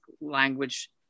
language